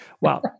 wow